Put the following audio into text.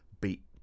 beat